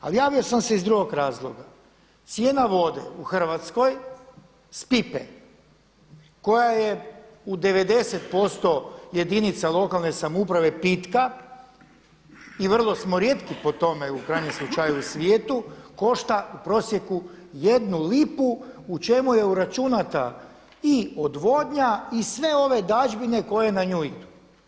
Ali javio sam se iz drugog razloga, cijena vode u Hrvatskoj iz pipe koja je u 90% jedinica lokalne samouprave pitka i vrlo smo rijetki po tome u krajnjem slučaju u svijetu košta u prosjeku jednu lipu u čemu je u uračunata i odvodnja i sve ove dažbine koje na nju idu.